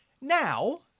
now